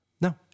No